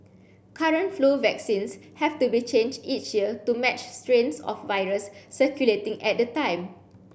current flu vaccines have to be changed each year to match strains of virus circulating at the time